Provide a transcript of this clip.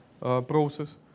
process